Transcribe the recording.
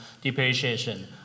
depreciation